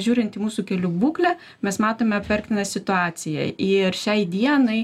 žiūrint į mūsų kelių būklę mes matome apverktiną situaciją ir šiai dienai